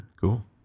Cool